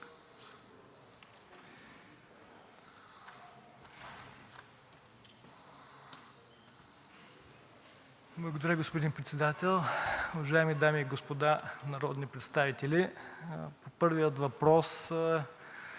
Благодаря, господин Председател. Уважаеми дами и господа народни представители! По първия въпрос мога